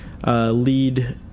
Lead